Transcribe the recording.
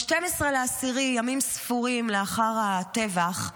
ב-12 באוקטובר, ימים ספורים לאחר הטבח,